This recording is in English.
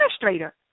administrator